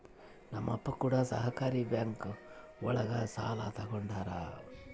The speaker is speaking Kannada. ನಮ್ ಅಪ್ಪ ಕೂಡ ಸಹಕಾರಿ ಬ್ಯಾಂಕ್ ಒಳಗ ಸಾಲ ತಗೊಂಡಾರ